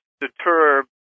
deter